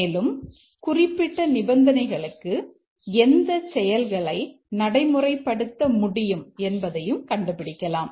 மேலும் குறிப்பிட்ட நிபந்தனைகளுக்கு எந்த செயல்களை நடைமுறைப்படுத்த முடியும் என்பதையும் கண்டுபிடிக்கலாம்